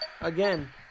Again